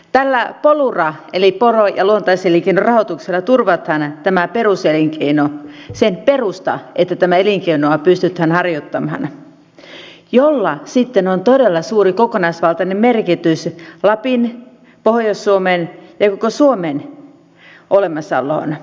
tällä polura eli porotalous ja luontaiselinkeinorahoituksella turvataan tämä peruselinkeino sen perusta että tätä elinkeinoa pystytään harjoittamaan millä sitten on todella suuri kokonaisvaltainen merkitys lapin pohjois suomen ja koko suomen olemassaololle